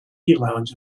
lounge